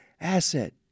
asset